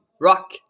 rock